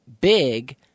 big